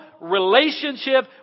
relationship